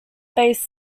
based